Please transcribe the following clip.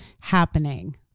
happening